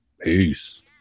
Peace